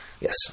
yes